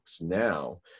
now